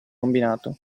combinato